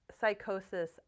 psychosis